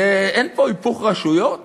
אין פה היפוך רשויות